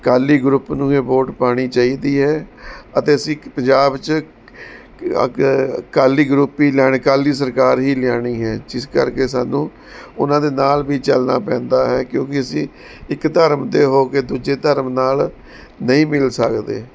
Akali group ਨੂੰ ਹੀ vote ਪਾਉਣੀ ਚਾਹੀਦੀ ਹੈ ਅਤੇ ਅਸੀਂ ਪੰਜਾਬ 'ਚ ਅਕ ਅਕਾਲੀ ਗਰੁੱਪ ਹੀ ਲੈਣ ਅਕਾਲੀ ਸਰਕਾਰ ਹੀ ਲਿਆਉਣੀ ਹੈ ਜਿਸ ਕਰਕੇ ਸਾਨੂੰ ਉਹਨਾਂ ਦੇ ਨਾਲ ਵੀ ਚੱਲਣਾ ਪੈਂਦਾ ਹੈ ਕਿਉਂਕਿ ਅਸੀਂ ਇੱਕ ਧਰਮ ਦੇ ਹੋ ਕੇ ਦੂਜੇ ਧਰਮ ਨਾਲ ਨਹੀਂ ਮਿਲ ਸਕਦੇ